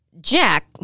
Jack